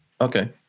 Okay